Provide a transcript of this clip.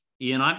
Ian